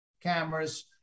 cameras